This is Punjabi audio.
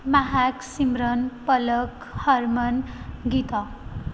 ਮਹਿਕ ਸਿਮਰਨ ਪਲਕ ਹਰਮਨ ਗੀਤਾ